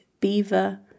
beaver